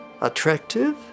attractive